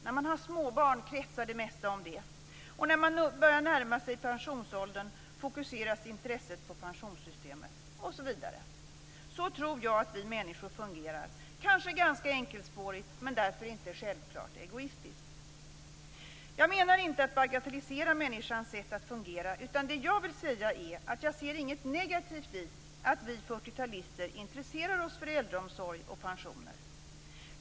När man har småbarn kretsar det mesta omkring det. När man börjar närma sig pensionsåldern fokuseras intresset på pensionssystemet osv. Så tror jag att vi människor fungerar - kanske ganska enkelspårigt men därför inte självklart egoistiskt. Jag menar inte att bagatellisera människans sätt att fungera, utan det jag vill säga är att jag inte ser något negativt i att vi fyrtiotalister intresserar oss för äldreomsorg och pensioner.